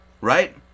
right